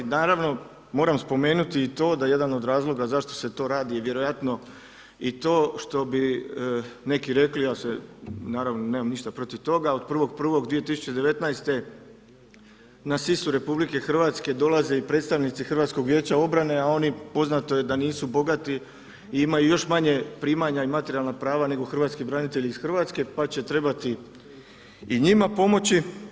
Naravno, moram spomenuti i to da jedan od razloga zašto se to radi je vjerojatno i to što bi neki rekli, ja se naravno nemam ništa protiv toga, ali 1.1.2019. na sisu RH dolaze i predstavnici HVO-a, a oni poznato je da nisu bogati i imaju još manje primanja i materijalna prava nego hrvatski branitelji iz RH, pa će trebati i njima pomoći.